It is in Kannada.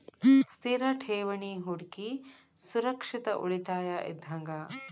ಸ್ಥಿರ ಠೇವಣಿ ಹೂಡಕಿ ಸುರಕ್ಷಿತ ಉಳಿತಾಯ ಇದ್ದಂಗ